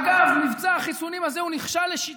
אגב, מבצע החיסונים הזה נכשל, לשיטתך.